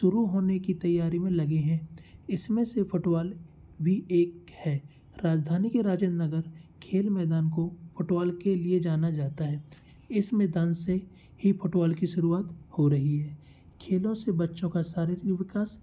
शुरू होने की तैयारी में लगे हें इसमें से फुटवॉल भी एक है राजधानी के राजेन्द्र नगर खेल मैदान को फुटवॉल के लिए जाना जाता है इस मैदान से ही फुटवॉल की शुरुवात हो रही है खेलों से बच्चों का शारीरिक विकास